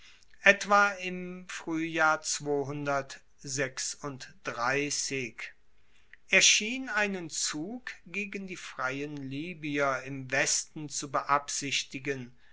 im fruehjahr er schien einen zug gegen die freien libyer im westen zu beabsichtigen